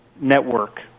Network